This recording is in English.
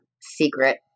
secret